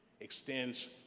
extends